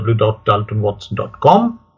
www.daltonwatson.com